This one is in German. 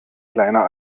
kleiner